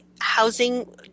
Housing